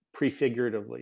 prefiguratively